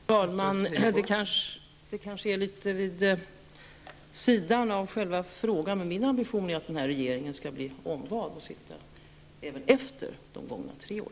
Fru talman! Detta är kanske litet vid sidan av själva frågan, men min ambition är att denna regering skall bli omvald och sitta kvar även efter dessa tre år.